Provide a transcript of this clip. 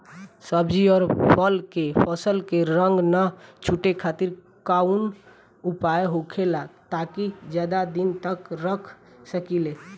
सब्जी और फल के फसल के रंग न छुटे खातिर काउन उपाय होखेला ताकि ज्यादा दिन तक रख सकिले?